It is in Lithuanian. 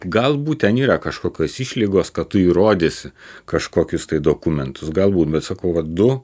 galbūt ten yra kažkokios išlygos kad tu įrodysi kažkokius dokumentus galbūt bet sakau va du